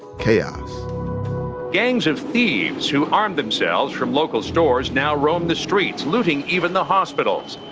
chaos gangs of thieves who armed themselves from local stores now roam the streets, looting even the hospitals.